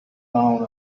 down